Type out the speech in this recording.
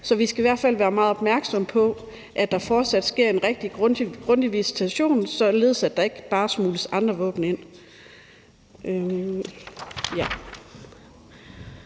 Så vi skal i hvert fald være meget opmærksomme på, at der fortsat sker en rigtig grundig visitation, således at der ikke bare smugles andre våben ind.